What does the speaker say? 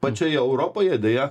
pačioje europoje deja